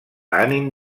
ànim